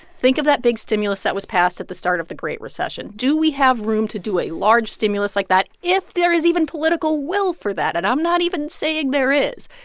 think of that big stimulus that was passed at the start of the great recession. do we have room to do a large stimulus like that if there is even political will for that? and i'm not even saying there is.